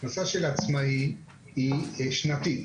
הכנסה של עצמאי היא שנתית.